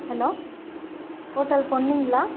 hello hotel பொன்னிங்களா